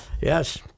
Yes